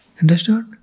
Understood